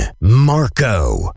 Marco